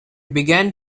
began